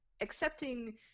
accepting –